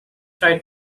tried